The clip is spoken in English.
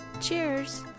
Cheers